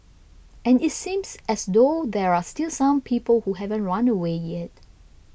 and it seems as though there are still some people who haven't run away yet